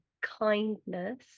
kindness